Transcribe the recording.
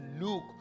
look